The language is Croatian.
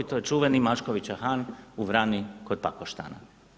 To je čuveni Maškovića Han u Vrani kod Pakoštana.